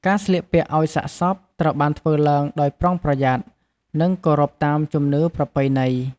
ការស្លៀកពាក់អោយសាកសពត្រូវបានធ្វើឡើងដោយប្រុងប្រយ័ត្ន និងគោរពតាមជំនឿប្រពៃណី។